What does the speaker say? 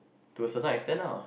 to a certain extent lah